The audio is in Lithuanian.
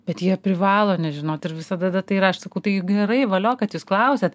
bet jie privalo nežinot ir visada tai ir aš sakau tai gerai valio kad jūs klausiat